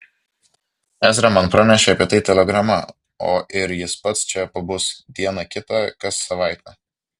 ezra man pranešė apie tai telegrama o ir jis pats čia pabus dieną kitą kas savaitę